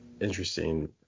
interesting